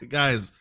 guys